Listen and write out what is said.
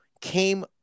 came